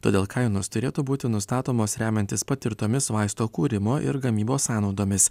todėl kainos turėtų būti nustatomos remiantis patirtomis vaisto kūrimo ir gamybos sąnaudomis